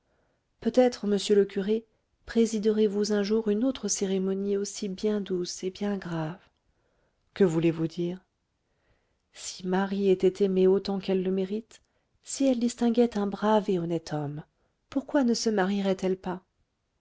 peut-être monsieur le curé présiderez vous un jour une autre cérémonie aussi bien douce et bien grave que voulez-vous dire si marie était aimée autant qu'elle le mérite si elle distinguait un brave et honnête homme pourquoi ne se marierait elle pas